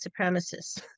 supremacists